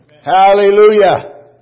Hallelujah